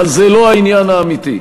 אבל זה לא העניין האמיתי.